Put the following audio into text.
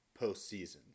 postseason